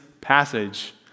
passage